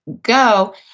go